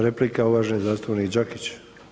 Replika, uvaženi zastupnik Đakić.